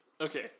okay